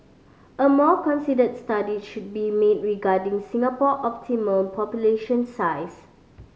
a more considered study should be made regarding Singapore optimal population size